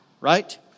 Right